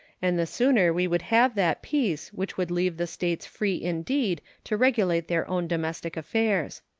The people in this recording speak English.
and the sooner we would have that peace which would leave the states free indeed to regulate their own domestic affairs.